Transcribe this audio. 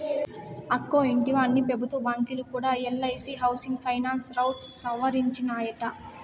అక్కో ఇంటివా, అన్ని పెబుత్వ బాంకీలు కూడా ఎల్ఐసీ హౌసింగ్ ఫైనాన్స్ రౌట్ సవరించినాయట